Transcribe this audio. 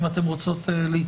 אם אתן רוצות להתייחס,